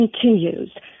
continues